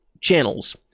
channels